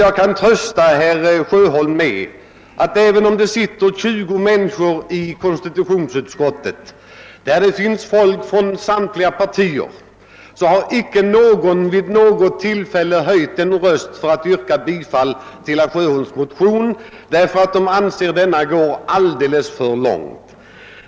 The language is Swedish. Jag kan trösta herr Sjöholm med att ingen av konstitutionsutskottets ledamöter, bland vilka finns representan ter för samtliga demokratiska partier, vid något tillfälle höjt sin röst för att tillstyrka herr Sjöholms motion. De anser nämligen att den går alltför långt.